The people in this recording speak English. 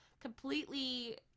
completely